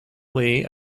lee